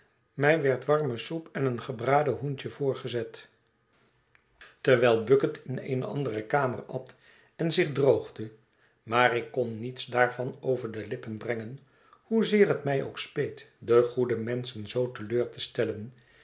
mij werd warme soep en een gebraden hoentje voorgezet terwijl bucket in eene andere kamer at en zich droogde maar ik kon niets daarvan over de lippen brengen hoezeer het mij ook speet de goede menschen zoo te leur te stellen